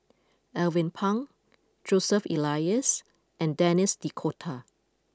Alvin Pang Joseph Elias and Denis D Cotta